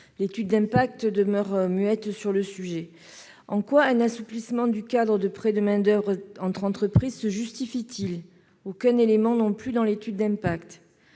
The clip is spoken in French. L'étude d'impact est muette sur le sujet. En quoi un assouplissement du cadre du prêt de main-d'oeuvre entre entreprises se justifie-t-il ? Aucun élément ne figure non plus dans l'étude d'impact